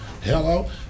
Hello